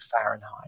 Fahrenheit